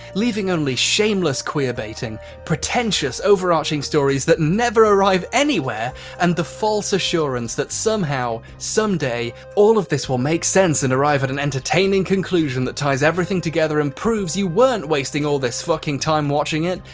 leaving only shameless queer baiting, pretentious overarching stories that never arrive anywhere and the false assurance that somehow, someday all of this will make sense and arrive at an entertaining conclusion that ties everything together and proves you weren't wasting all this fucking time watching it.